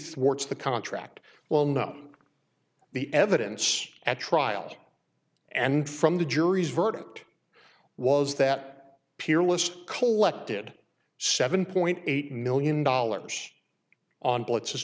thwarts the contract well not the evidence at trial and from the jury's verdict was that peer list collected seven point eight million dollars on blitz